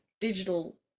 digital